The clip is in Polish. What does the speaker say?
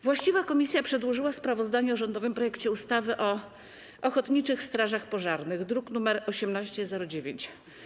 Właściwa komisja przedłożyła sprawozdanie o rządowym projekcie ustawy o ochotniczych strażach pożarnych, druk nr 1809.